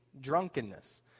drunkenness